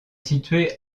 situé